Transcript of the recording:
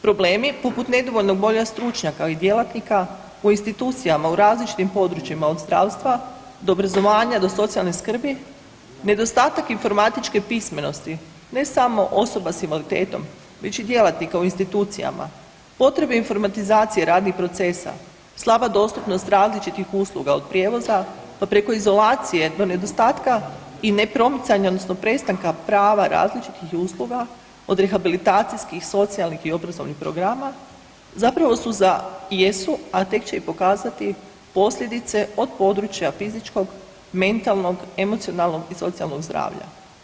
Problemi poput nedovoljnog broja stručnjaka i djelatnika u institucijama u različitim područjima, od zdravstva do obrazovanja do socijalne skrbi, nedostatak informatičke pismenosti, ne samo osoba s invaliditetom, već i djelatnika u institucijama, potrebne informatizacije radnih procesa, slaba dostupnost različitih usluga, od prijevoza pa preko izolacije do nedostatka i nepromicanja, odnosno prestanka prava različitih usluga, od rehabilitacijskih, socijalnih i obrazovnih programa, zapravo su za, jesu, a tek će i pokazati posljedice od područja fizičkog, mentalnog, emocionalnog i socijalnog zdravlja.